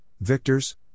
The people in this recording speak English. victors